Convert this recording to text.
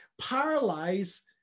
paralyze